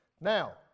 Now